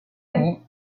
lie